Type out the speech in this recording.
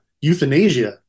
euthanasia